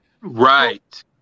Right